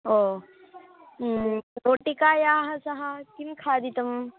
ओ रोटिकायाः सह किं खादितम्